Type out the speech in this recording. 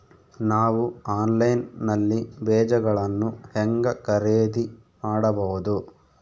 ನಾವು ಆನ್ಲೈನ್ ನಲ್ಲಿ ಬೇಜಗಳನ್ನು ಹೆಂಗ ಖರೇದಿ ಮಾಡಬಹುದು?